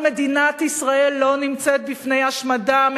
אבל מדינת ישראל לא נמצאת בפני השמדה.